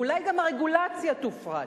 ואולי גם הרגולציה תופרט.